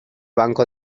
blanco